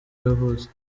yavutse